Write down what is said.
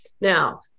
now